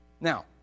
Now